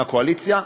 מהקואליציה.